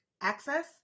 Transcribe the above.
access